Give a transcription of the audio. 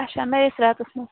اَچھا نٔیِس رٮ۪تَس منٛز